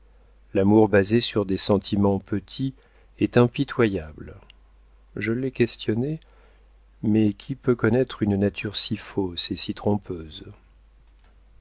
l'amour basé sur des sentiments petits est impitoyable je l'ai questionné mais qui peut connaître une nature si fausse et si trompeuse